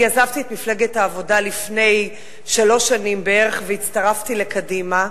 אני עזבתי את מפלגת העבודה לפני שלוש שנים בערך והצטרפתי לקדימה,